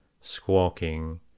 Squawking